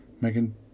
Megan